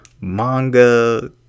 manga